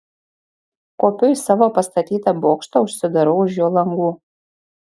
kopiu į savo pastatytą bokštą užsidarau už jo langų